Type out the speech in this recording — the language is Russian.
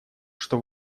что